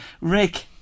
rick